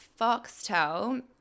Foxtel